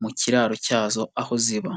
mu kiraro cyazo aho ziba.